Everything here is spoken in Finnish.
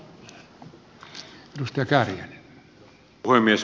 herra puhemies